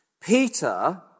Peter